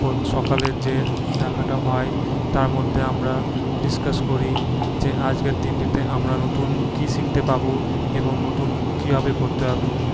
তো সকালের যে দেখাটা হয় তার মধ্যে আমরা ডিসকাস করি যে আজকের দিনটিতে আমরা নতুন কী শিখতে পাবো এবং নতুন কীভাবে করতে পারবো